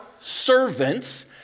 servants